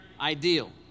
ideal